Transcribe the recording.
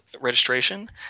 registration